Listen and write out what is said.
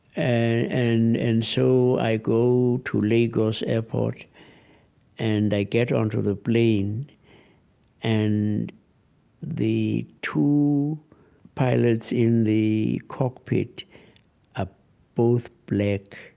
and and so i go to lagos airport and i get onto the plane and the two pilots in the cockpit are ah both black.